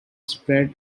spread